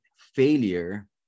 failure